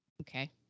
okay